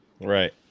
Right